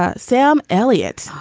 ah sam elliott.